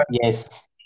Yes